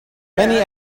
many